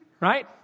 Right